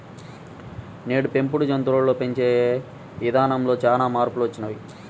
నేడు పెంపుడు జంతువులను పెంచే ఇదానంలో చానా మార్పులొచ్చినియ్యి